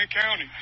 County